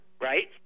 right